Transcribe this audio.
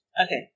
Okay